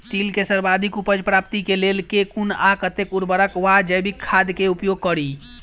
तिल केँ सर्वाधिक उपज प्राप्ति केँ लेल केँ कुन आ कतेक उर्वरक वा जैविक खाद केँ उपयोग करि?